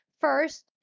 First